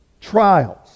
trials